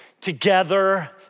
together